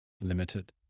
limited